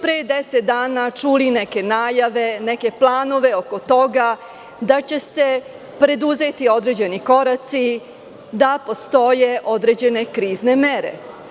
Pre 10 dana smo čuli neke najave, neke planove oko toga da će se preduzeti određeni koraci, da postoje određene krizne mere.